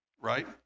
right